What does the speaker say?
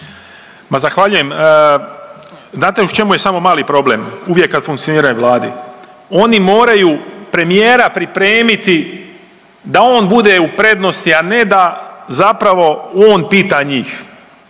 Ma zahvaljujem. Znate u čemu je samo mali problem? Uvijek kad smo .../Govornik se ne razumije./... Vladi, oni moraju premijera pripremiti da on bude u prednosti, a ne da zapravo on pita njih.